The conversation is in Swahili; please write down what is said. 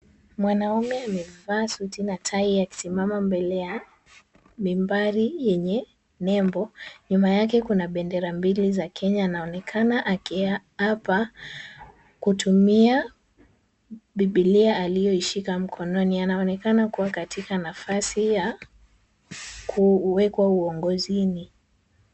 Mwanaume amevaa suti na tai akisimama mbele ya mibari yenye nembo. Nyuma yake kuna bendera mbili za Kenya. Anaonekana akiapa kutumia Biblia aliyoishika mkononi. Anaonekana kuwa katika nafasi ya kuwekwa uongozini.